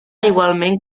igualment